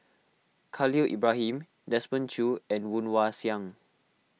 Khalil Ibrahim Desmond Choo and Woon Wah Siang